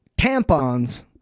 tampons